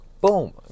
boom